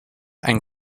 and